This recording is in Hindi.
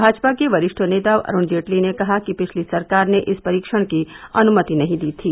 भाजपा के वरिष्ठ नेता अरुण जेटली ने कहा कि पिछली सरकार ने इस परीक्षण की अनुमति नहीं दी थी